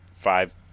five